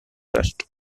trust